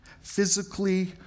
physically